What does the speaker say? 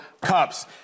Cups